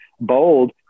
bold